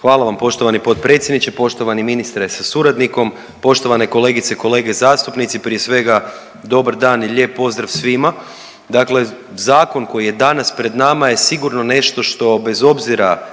Hvala vam poštovani potpredsjedniče, poštovani ministre sa suradnikom, poštovani kolegice i kolege zastupnici, prije svega dobar dan i lijep pozdrav svima. Dakle, zakon koji je danas pred nama je sigurno nešto što bez obzira